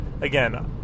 again